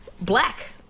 black